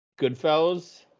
Goodfellas